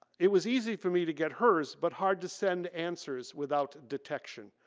it was easy for me to get hers but hard to send answers without detection.